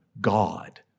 God